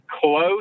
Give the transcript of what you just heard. close